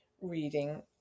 reading